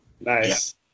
Nice